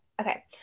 Okay